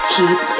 Keep